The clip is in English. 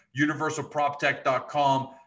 universalproptech.com